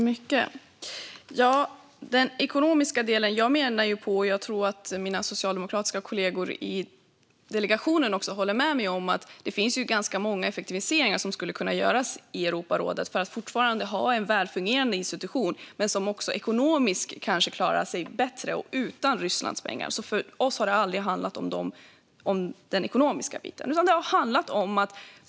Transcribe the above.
Fru talman! Jag menar - och jag tror att mina socialdemokratiska kollegor i delegationen håller med mig - att mycket skulle kunna effektiviseras i Europarådet för att fortfarande ha en välfungerande institution men som ekonomiskt klarar sig bättre och utan Rysslands pengar. För oss har det aldrig handlat om den ekonomiska biten.